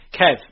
Kev